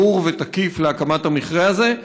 ברור ותקיף להקמת המכרה הזה,